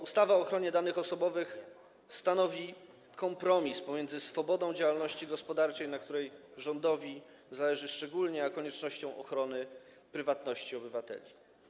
Ustawa o ochronie danych osobowych stanowi kompromis między swobodą działalności gospodarczej, na której rządowi zależy szczególnie, a koniecznością ochrony prywatności obywateli.